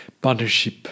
partnership